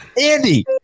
Andy